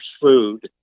food